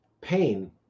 pain